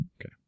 Okay